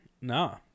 no